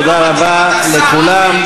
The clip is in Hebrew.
תודה רבה לכולם.